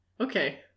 okay